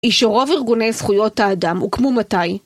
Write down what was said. אי שרוב ארגוני זכויות האדם הוא כמו מתי.